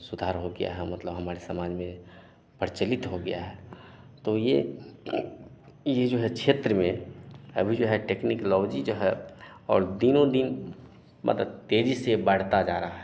सुधार हो गया है और मतलब हमारे समाज में प्रचलित हो गया है तो यह यह जो है क्षेत्र में अभी जो है टेक्निकलॉजी जो है और दिनों दिन मतलब तेज़ी से बढ़ता जा रहा है